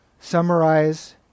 summarize